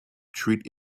treat